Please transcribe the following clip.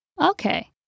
Okay